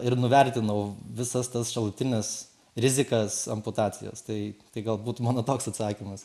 ir nuvertinau visas tas šalutines rizikas amputacijos tai tai galbūt mano toks atsakymas